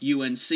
UNC